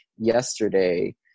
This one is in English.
yesterday